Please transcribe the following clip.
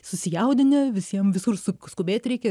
susijaudinę visiem visur suk skubėt reikia